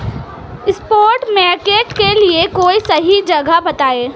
spot market के लिए कोई सही जगह बताएं